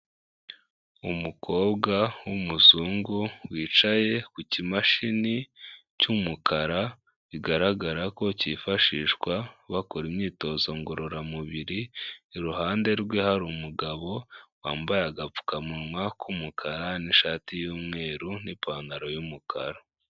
Umukobwa w'umuzungu, wicaye ku kimashini cy'umukara, bigaragara ko cyifashishwa bakora imyitozo ngororamubiri, iruhande rwe hari umugabo wambaye agapfukamunwa k'umukara n'ishati y'umweru n'ipantaro y'umukara.